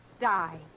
Die